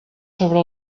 sobre